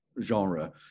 genre